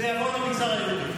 זה יבוא למגזר היהודי.